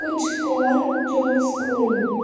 کچھ cool jokes کھولو